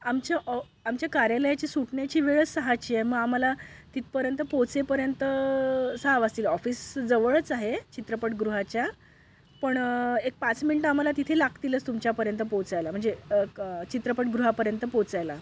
आमच्या ऑ आमच्या कार्यालयाची सुटण्याची वेळस सहाची आहे मग आम्हाला तिथपर्यंत पोहोचेपर्यंत सहा वासतील ऑफिस जवळच आहे चित्रपटगृहाच्या पण एक पाच मिणटं आम्हाला तिथे लागतीलच तुमच्यापर्यंत पोहोचायला म्हणजे क चित्रपटगृहापर्यंत पोहोचायला